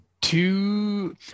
two